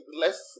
less